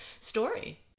story